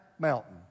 mountain